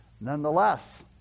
nonetheless